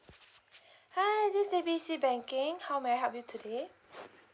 hi this A B C banking how may I help you today